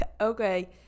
okay